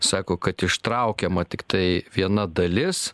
sako kad ištraukiama tiktai viena dalis